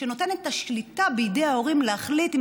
שנותן את השליטה בידי ההורים להחליט אם